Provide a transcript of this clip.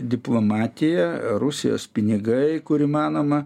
diplomatija rusijos pinigai kur įmanoma